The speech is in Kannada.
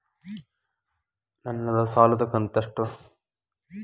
ನನ್ನ ಸಾಲದು ಕಂತ್ಯಷ್ಟು?